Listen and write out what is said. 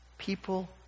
People